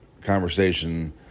conversation